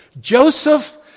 Joseph